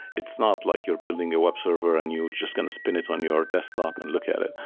it's not like you're building a web server and you're just going to spin it on your desktop and look at it.